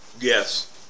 yes